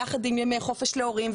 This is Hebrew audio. יחד עם ימי חופש להורים,